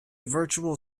virtual